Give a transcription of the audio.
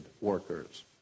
workers